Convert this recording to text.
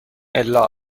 الا